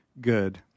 good